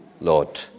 lord